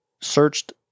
searched